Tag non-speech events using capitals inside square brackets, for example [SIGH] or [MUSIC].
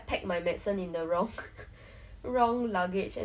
and I think that was actually it's very strange to think about [NOISE]